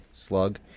slug